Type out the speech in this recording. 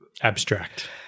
Abstract